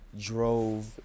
drove